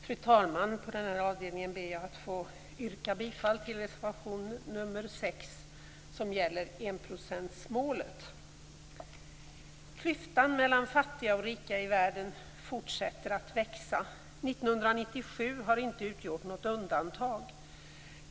Fru talman! Under den här avdelningen ber jag att få yrka bifall till reservation 6, som gäller enprocentsmålet. Klyftan mellan fattiga och rika i världen fortsätter att växa. År 1997 har inte utgjort något undantag.